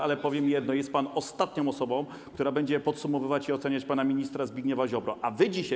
ale powiem jedno: jest pan ostatnią osobą, która będzie podsumowywać i oceniać pana ministra Zbigniewa Ziobrę.